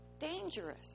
dangerous